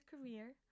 career